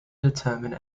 determine